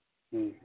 ꯎꯝ